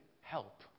help